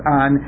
on